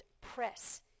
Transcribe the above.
press